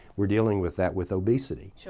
we're dealing with that with obesity. sure.